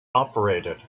operated